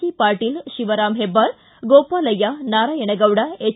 C Patil Shivaram Hebbar Gopalaiah Narayanagowda H